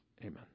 Amen